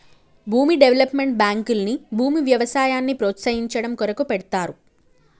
భూమి డెవలప్మెంట్ బాంకుల్ని భూమి వ్యవసాయాన్ని ప్రోస్తయించడం కొరకు పెడ్తారు